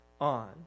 on